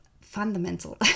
fundamental